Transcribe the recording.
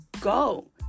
go